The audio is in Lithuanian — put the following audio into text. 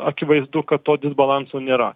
akivaizdu kad to disbalanso nėra